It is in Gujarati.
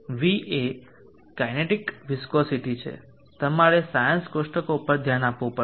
υ કાઇનેટિક વિસ્કોસીટી છે તમારે સાયન્સ કોષ્ટકો પર ધ્યાન આપવું પડશે